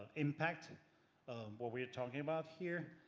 impact what we're talking about here?